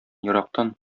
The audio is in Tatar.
ерактан